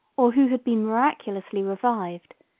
or who had been miraculously revived,